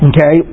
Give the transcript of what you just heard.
Okay